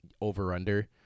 over-under